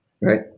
Right